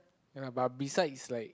ya lah but beside it's like